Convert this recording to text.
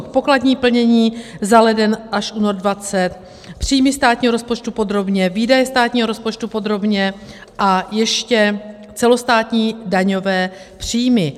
Pokladní plnění za leden až únor 2020, příjmy státního rozpočtu podrobně, výdaje státního rozpočtu podrobně a ještě celostátní daňové příjmy.